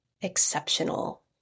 exceptional